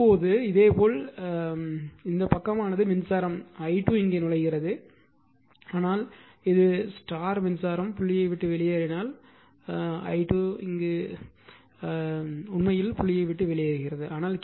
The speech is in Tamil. இப்போது இதேபோல் இப்போது இந்த பக்கமானது மின்சாரம் i2 இங்கே நுழைகிறது r ஆனால் இங்கே இது மின்சாரம் புள்ளியை விட்டு வெளியேறினால் i2 என்று பார்ப்பேன் மின்சாரம் i2 உண்மையில் புள்ளியை விட்டு வெளியேறுகிறது